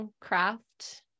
craft